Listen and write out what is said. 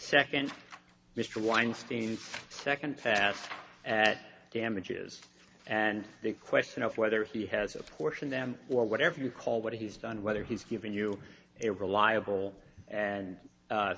second mr weinstein second fast that damages and the question of whether he has apportioned them or whatever you call what he's done whether he's given you a reliable and